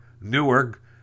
Newark